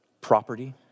property